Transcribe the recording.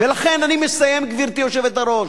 אני מסיים, גברתי היושבת-ראש.